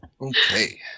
Okay